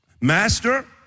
Master